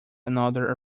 another